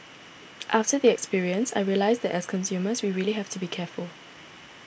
after the experience I realised that as consumers we really have to be careful